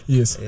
Yes